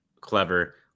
clever